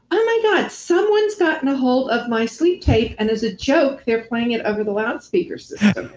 oh my god, someone's gotten a hold of my sleep tape, and as a joke they're playing it over the loudspeaker system.